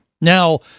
Now